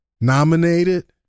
nominated